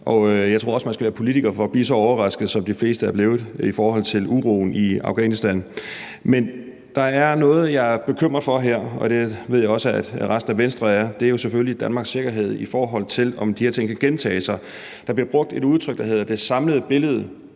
og jeg tror også, at man skal være politiker for at blive så overrasket, som de fleste er blevet i forhold til uroen i Afghanistan. Men der er noget, jeg er bekymret for, og det ved jeg også at resten af Venstre er, og det er jo selvfølgelig Danmarks sikkerhed, i forhold til om de her ting kan gentage sig. Der er rigtig mange gange blevet brugt et udtryk, som hedder det samlede billede.